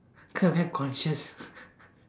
cause I very conscious